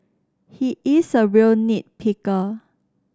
he is a real nit picker